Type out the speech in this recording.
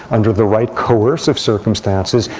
under the right coercive circumstances,